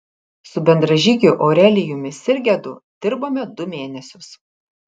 su bendražygiu aurelijumi sirgedu dirbome du mėnesius